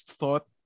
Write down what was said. thought